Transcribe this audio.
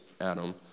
Adam